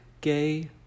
gay